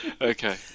Okay